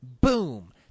Boom